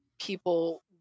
people